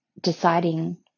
deciding